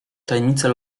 tajemnicę